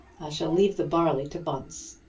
shall leave the barley to bunce.